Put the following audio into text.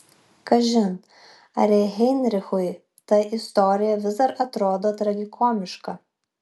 kažin ar heinrichui ta istorija vis dar atrodo tragikomiška